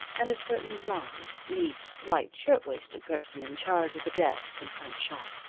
and a certain blonde, neat, white-shirtwaisted person in charge of the desk and front shop.